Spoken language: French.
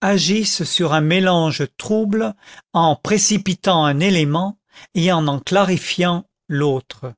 agissent sur un mélange trouble en précipitant un élément et en clarifiant l'autre